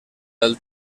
del